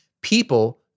people